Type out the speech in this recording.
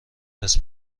دست